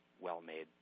well-made